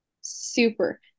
Super